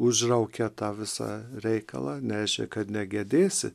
užraukė tą visą reikalą nešė kad negedėsi